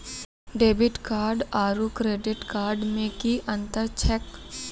Debit card आरू credit card मे कि अन्तर छैक?